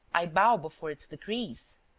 i bow before its decrees.